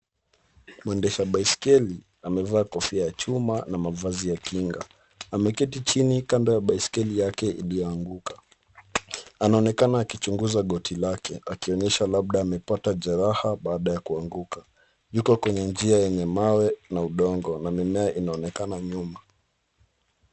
Mwendesha baiskeli amevaa kofia ya chuma na mavazi ya kinga. Ameketi chini kando ya baiskeli yake iliyoanguka. Anaonekana akichunguza goti lake akionyesha labda amepata jeraha baada ya kuanguka. Yuko kwenye njia yenye mawe na udongo na mimea inaonekana nyuma.